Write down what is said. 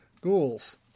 ghouls